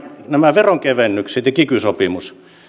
nämä veronkevennykset ja kiky sopimus